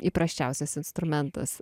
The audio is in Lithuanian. įprasčiausias instrumentas